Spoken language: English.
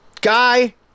guy